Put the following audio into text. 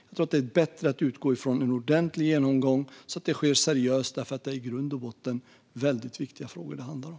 Jag tror att det är bättre att utgå ifrån en ordentlig genomgång så att det sker seriöst, för det är i grund och botten väldigt viktiga frågor det handlar om.